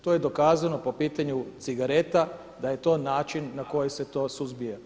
To je dokazano po pitanju cigareta da je to način na koji se to suzbija.